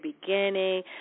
beginning